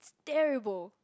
terrible